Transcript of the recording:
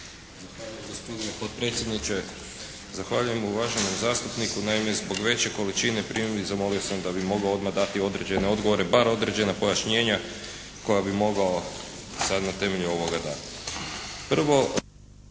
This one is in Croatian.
Zahvaljujem gospodine potpredsjedniče. Zahvaljujem uvaženom zastupniku. Naime, zbog veće količine prije bih zamolio da bih mogao odmah dati određene odgovore, bar određena pojašnjenja koja bi mogao sad na temelju ovoga dati.